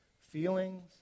Feelings